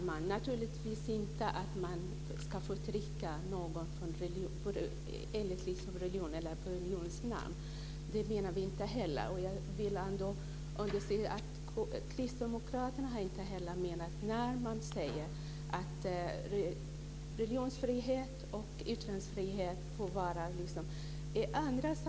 Herr talman! Man ska naturligtvis inte förtrycka någon på grund av religion eller i religionens namn. Det menar vi inte heller. I andra sammanhang får vi det att låta vackert när vi säger att vi har religionsfrihet och yttrandefrihet i Sverige.